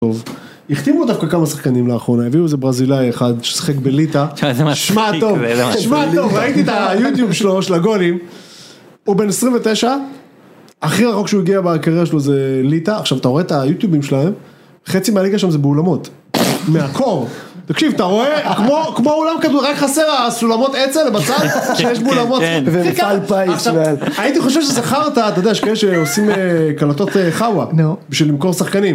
החתימו דווקא כמה שחקנים לאחרונה הביאו איזה ברזילאי אחד ששחק בליטא, שמע טוב ראיתי את היוטיוב שלו, של הגולים. הוא בן 29. הכי רחוק שהוא הגיע בקריירה שלו זה ליטא עכשיו אתה רואה את היוטיובים שלהם. חצי מהליגה שם זה באולמות מהקור, תקשיב אתה רואה כמו כמו אולם רק חסר הסולמות עץ האלה בצד שיש באולמות ופלפאי, הייתי חושב שסחר אתה יודע שכאלה שעושים קלטות חוואק בשביל למכור שחקנים.